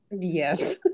Yes